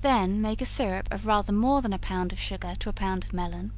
then make a syrup of rather more than a pound of sugar to a pound of melon,